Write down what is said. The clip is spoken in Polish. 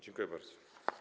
Dziękuję bardzo.